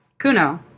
Kuno